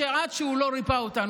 אמרו: עד שהוא לא ריפא אותנו,